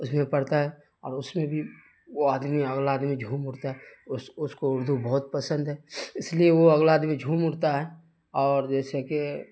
اس میں پڑھتا ہے اور اس میں بھی وہ آدمی اگلا آدمی جھوم اٹھتا ہے اس اس کو اردو بہت پسند ہے اس لیے وہ اگلا آدمی جھوم اٹھتا ہے اور جیسے کہ